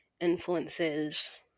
influences